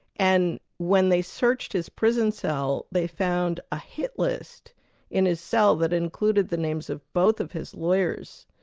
and when they searched his prison cell they found a hit list in his cell that included the names of both of his lawyers.